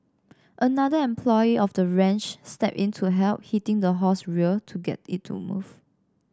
another employee of the ranch stepped in to help hitting the horse rear to get it to move